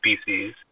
species